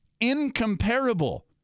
incomparable